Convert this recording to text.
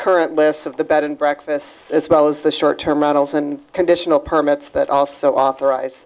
current list of the bed and breakfast as well as the short term runnels and conditional permits that also authorize